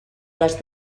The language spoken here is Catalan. les